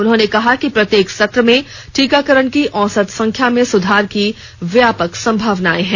उन्होंने कहा कि प्रत्येक सत्र में टीकाकरण की औसत संख्या में सुधार की व्यापक संभावनाएं हैं